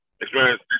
experience